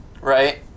right